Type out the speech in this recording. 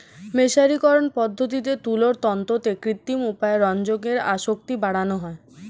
মের্সারিকরন পদ্ধতিতে তুলোর তন্তুতে কৃত্রিম উপায়ে রঞ্জকের আসক্তি বাড়ানো হয়